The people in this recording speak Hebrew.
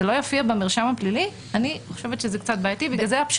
אני חושבת שזה בעייתי אם זה לא יופיע במרשם הפלילי.